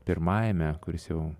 pirmajame kuris jau